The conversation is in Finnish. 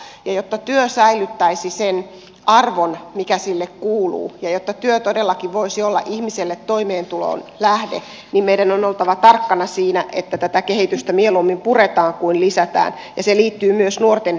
jotta työ säilyttäisi sen arvon mikä sille kuuluu ja jotta työ todellakin voisi olla ihmiselle toimeentulon lähde meidän on oltava tarkkana siinä että tätä kehitystä mieluummin puretaan kuin lisätään ja se liittyy myös nuorten yhteiskuntatakuun toteuttamiseen